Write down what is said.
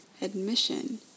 admission